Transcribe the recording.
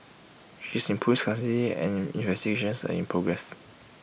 she is in Police custody and investigations are in progress